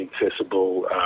inaccessible